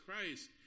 Christ